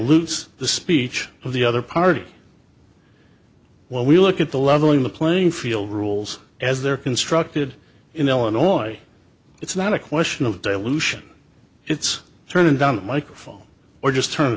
lose the speech of the other party when we look at the leveling the playing field rules as they're constructed in illinois it's not a question of dilution it's turning down a microphone or just turn